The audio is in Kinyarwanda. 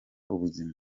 ubuzima